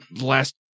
last